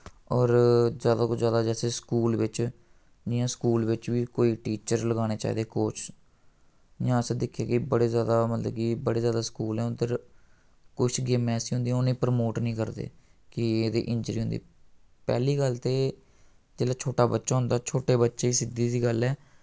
और जैदा कोला जैदा जैसे स्कूल बिच्च इ'यां स्कूल बिच्च बी कोई टीचर लगाने चाहिदे कोर्स जि'यां असें दिक्खे कि बड़े जैदा मतलब कि बड़े जैदा स्कूल ऐं उद्धर कुछ गेमां ऐसियां होंदियां उ'नें ई परमोट निं करदे कि एह्दी इंजरी होंदी पैह्ली गल्ल ते जिसलै छोटा बच्चा होंदा छोटे बच्चे गी सिद्धी सी गल्ल ऐ